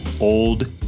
old